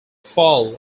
fall